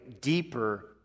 deeper